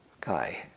guy